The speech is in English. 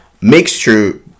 mixture